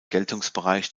geltungsbereich